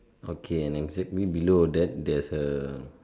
okay and exactly below there is a